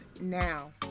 now